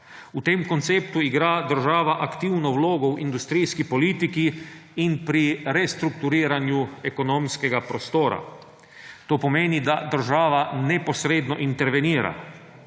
V tem konceptu igra država aktivno vlogo v industrijski politiki in pri restrukturiranju ekonomskega prostora. To pomeni, da država neposredno intervenira,